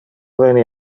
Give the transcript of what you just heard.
veni